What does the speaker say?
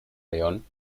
león